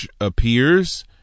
appears